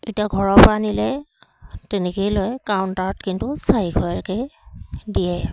এতিয়া ঘৰৰ পৰা আনিলে তেনেকৈয়ে লয় কাউণ্টাৰত কিন্তু চাৰিশকৈয়ে দিয়ে